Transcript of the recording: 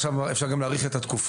אז עכשיו אפשר גם להאריך את התקופות.